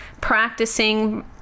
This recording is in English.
practicing